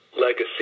legacy